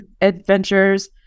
adventures